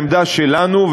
העמדה שלנו,